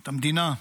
את המדינה,